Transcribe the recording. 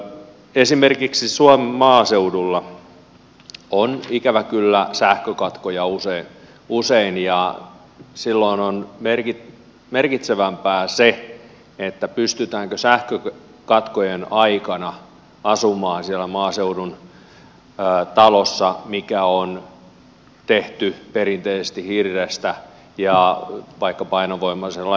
esimerkiksi suomen maaseudulla on ikävä kyllä sähkökatkoja usein ja silloin on merkitsevämpää se pystytäänkö sähkökatkojen aikana asumaan siellä maaseudun talossa mikä on tehty perinteisesti hirrestä ja vaikka painovoimaisella ilmanvaihdolla